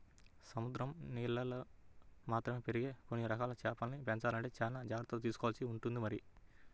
సముద్రం నీళ్ళల్లో మాత్రమే పెరిగే కొన్ని రకాల చేపల్ని పెంచాలంటే చానా జాగర్తలు తీసుకోవాల్సి ఉంటుంది మరి